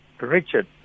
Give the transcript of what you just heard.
Richard